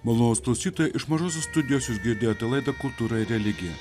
malonūs klausytojai iš mažosios studijos jūs girdėjote laidą kultūra ir religija